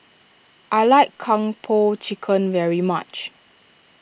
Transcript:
I like Kung Po Chicken very much